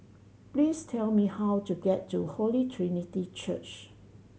please tell me how to get to Holy Trinity Church